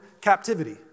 captivity